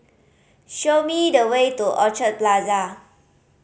show me the way to Orchard Plaza